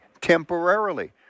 temporarily